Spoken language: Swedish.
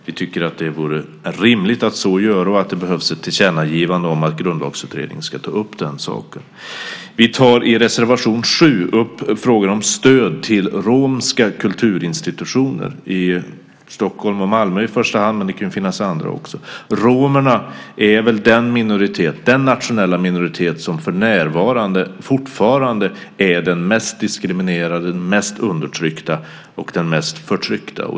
Vi tycker att det vore rimligt att göra det och att det behövs ett tillkännagivande om att Grundlagsutredningen ska ta upp den saken. I reservation 7 tar vi upp frågor om stöd till romska kulturinstitutioner, i första hand i Stockholm och Malmö, men det kan finnas andra också. Romerna är väl den nationella minoritet som fortfarande är den mest diskriminerade, den mest undertryckta och den mest förtryckta.